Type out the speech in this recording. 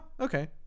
okay